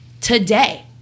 today